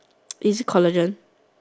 this collagen